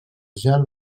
gel